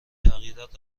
تغییرات